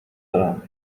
دارم